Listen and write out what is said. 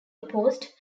opposed